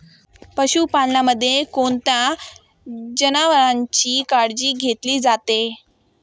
पशुपालनामध्ये कोणत्या जनावरांची काळजी घेतली जाते?